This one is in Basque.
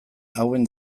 hauen